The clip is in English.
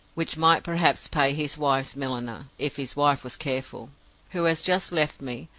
which might perhaps pay his wife's milliner, if his wife was careful who has just left me,